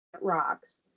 rocks